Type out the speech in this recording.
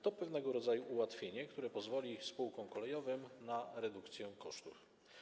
To pewnego rodzaju ułatwienie, które pozwoli spółkom kolejowym na redukcję kosztów.